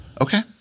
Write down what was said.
okay